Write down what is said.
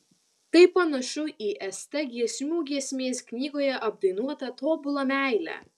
tai panašu į st giesmių giesmės knygoje apdainuotą tobulą meilę